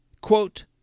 quote